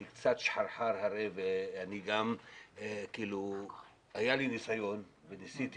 אני קצת שחרחר והיה לי ניסיון וחוויתי